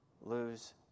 lose